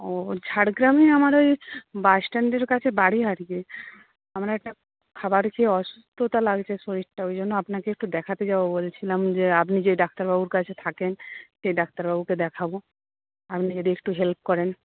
ও ঝাড়গ্রামে আমার ওই বাস স্ট্যান্ডের কাছে বাড়ি আর কি আমরা একটা খাবার খেয়ে অসুস্থতা লাগছে শরীরটা ওই জন্য আপনাকে একটু দেখাতে যাব বলছিলাম যে আপনি যে ডাক্তারবাবুর কাছে থাকেন সেই ডাক্তারবাবুকে দেখাব আপনি যদি একটু হেল্প করেন